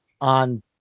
on